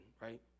right